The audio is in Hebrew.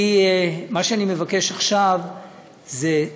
מה שאני מבקש עכשיו זה,